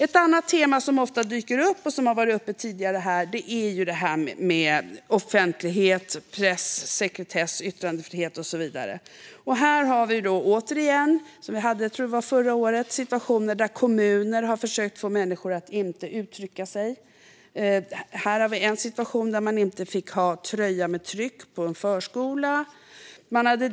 Ett annat tema som ofta dyker upp och som har varit uppe tidigare är offentlighet, press, sekretess, yttrandefrihet och så vidare. Här har vi återigen, som jag tror att vi hade förra året, situationer där kommuner har försökt få människor att inte uttrycka sig. Det var en situation där man inte fick ha tröja med tryck på en förskola.